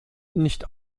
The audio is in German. nicht